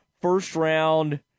first-round